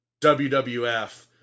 WWF